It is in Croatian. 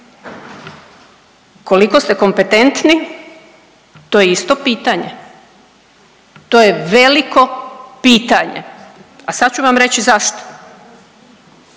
Koliko ste kompetentni, to je isto pitanje. To je veliko pitanje. A sad ću vam reći zašto.